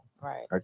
right